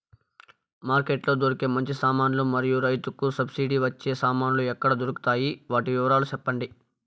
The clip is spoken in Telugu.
మార్కెట్ లో దొరికే మంచి సామాన్లు మరియు రైతుకు సబ్సిడి వచ్చే సామాన్లు ఎక్కడ దొరుకుతాయి? వాటి వివరాలు సెప్పండి?